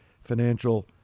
financial